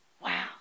wow